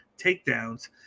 takedowns